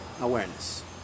awareness